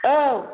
औ